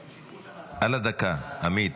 על הדקה, עמית.